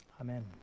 Amen